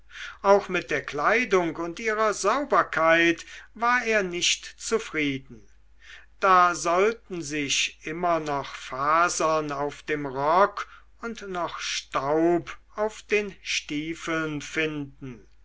auch mit der kleidung und ihrer sauberkeit war er nicht zufrieden da sollten sich immer noch fasern auf dem rock und noch staub auf den stiefeln finden